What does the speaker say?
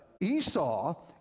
Esau